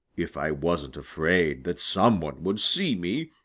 if i wasn't afraid that some one would see me,